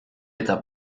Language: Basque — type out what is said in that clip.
eta